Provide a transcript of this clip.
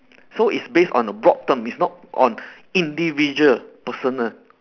so it's based on a broad term is not on individual personal